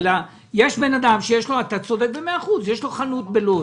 אתה צודק במאה אחוז: לאדם יש חנות בלוד